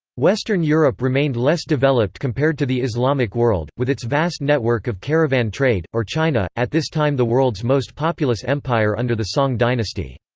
western europe remained less developed compared to the islamic world, with its vast network of caravan trade, or china, at this time the world's most populous empire under the song dynasty.